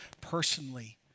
personally